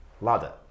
ladder